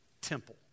temple